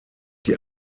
die